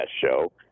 show